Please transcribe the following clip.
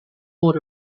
hold